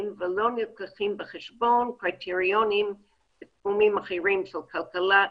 ולא נלקחים בחשבון קריטריונים בתחומים אחרים של כלכלה,